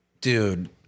Dude